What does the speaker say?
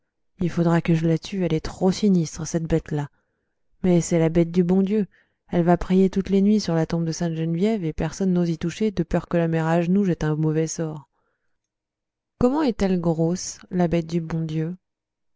il faudra que je la tue elle est trop sinistre cette bête-là mais c'est la bête du bon dieu elle va prier toutes les nuits sur la tombe de sainte geneviève et personne n'ose y toucher de peur que la mère agenoux jette un mauvais sort comment est-elle grosse la bête du bon dieu